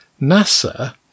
NASA